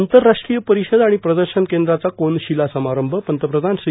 आंतरराष्ट्रीय परिषद आणि प्रदर्शन केंद्राचा कोनशीला समारंभ पंतप्रधान श्री